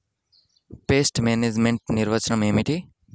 Pest management నిర్వచనం ఏమిటి?